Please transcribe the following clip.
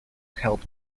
help